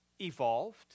Evolved